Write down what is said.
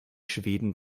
schweden